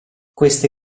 queste